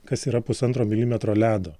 kas yra pusantro milimetro ledo